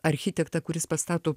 architektą kuris pastato